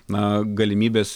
na galimybes